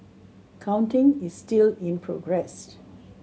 counting is still in progress